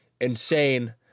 insane